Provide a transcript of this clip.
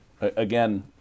again